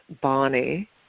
bonnie